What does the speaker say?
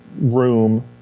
room